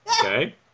Okay